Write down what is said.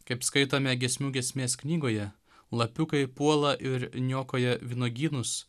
kaip skaitome giesmių giesmės knygoje lapiukai puola ir niokoja vynuogynus